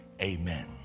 Amen